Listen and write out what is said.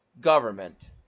government